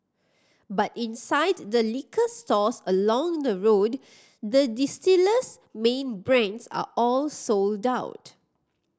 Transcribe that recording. but inside the liquor stores along the road the distiller's main brands are all sold out